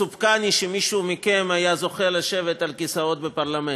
מסופקני אם מישהו מכם היה זוכה לשבת על כיסאות בפרלמנט.